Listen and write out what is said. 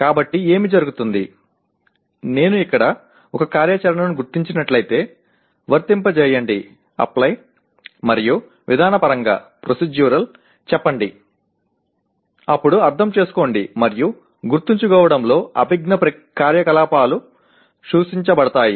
కాబట్టి ఏమి జరుగుతుంది నేను ఇక్కడ ఒక కార్యాచరణను గుర్తించినట్లయితే వర్తింపజేయండిఅప్లై మరియు విధానపరంగా ప్రోసిడ్యురల్ చెప్పండి అప్పుడు అర్థం చేసుకోండి మరియు గుర్తుంచుకోవడంలో అభిజ్ఞా కార్యకలాపాలు సూచించబడతాయి